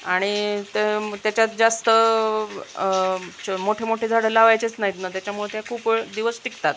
आणि ते त्याच्यात जास्त मोठे मोठे झाडं लावायचेच नाहीत न त्याच्यामुळे त्या खूप दिवस टिकतात